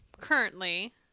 currently